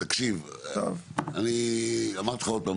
תקשיב אני אמרתי לך עוד פעם,